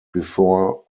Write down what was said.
before